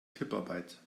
tipparbeit